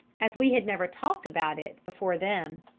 as we had never talked about it before them.